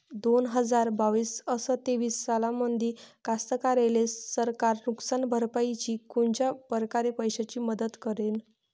दोन हजार बावीस अस तेवीस सालामंदी कास्तकाराइले सरकार नुकसान भरपाईची कोनच्या परकारे पैशाची मदत करेन?